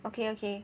okay okay